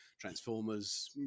Transformers